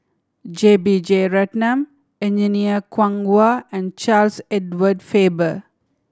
J B Jeyaretnam Engineer Kwong Wah and Charles Edward Faber